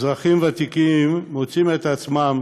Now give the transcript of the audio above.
אזרחים ותיקים מוצאים את עצמם